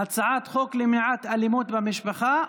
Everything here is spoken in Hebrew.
הצעת חוק למניעת אלימות במשפחה.